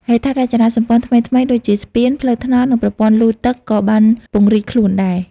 ហេដ្ឋារចនាសម្ព័ន្ធថ្មីៗដូចជាស្ពាន ផ្លូវថ្នល់ និងប្រព័ន្ធលូទឹកក៏បានពង្រីកខ្លួនដែរ។